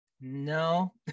No